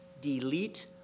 delete